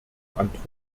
antwort